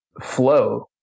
flow